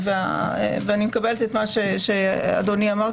אני מקבלת את מה שאדוני אמר,